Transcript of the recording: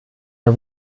der